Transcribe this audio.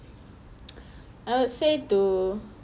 I would say to